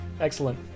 Excellent